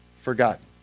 forgotten